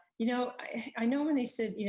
you know i know when they said,